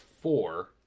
four